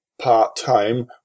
part-time